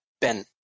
Ben